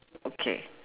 okay